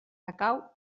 recau